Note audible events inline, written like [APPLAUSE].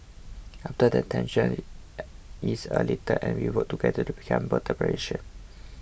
after that tensions [HESITATION] ease a little and we work together to become [UNINTELLIGIBLE]